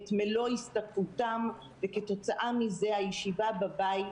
את מלוא השתכרותם, וכתוצאה מזה הישיבה בבית